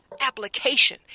application